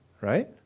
right